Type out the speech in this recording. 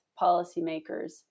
policymakers